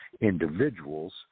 individuals